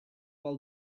while